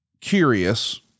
curious